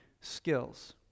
skills